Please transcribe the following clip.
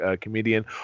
comedian